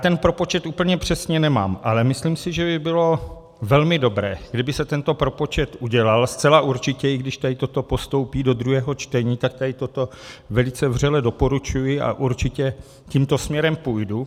Já ten propočet úplně přesně nemám, ale myslím si, že by bylo velmi dobré, kdyby se tento propočet udělal zcela určitě, i když toto postoupí do druhého čtení, tak tady toto velice vřele doporučuji a určitě tímto směrem půjdu.